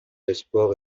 l’espoir